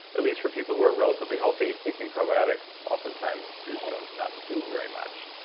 at least for people who are relatively healthy, taking probiotics often times is shown to not do very much.